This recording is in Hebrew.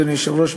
אדוני היושב-ראש,